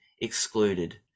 excluded